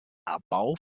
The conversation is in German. abbau